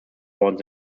worden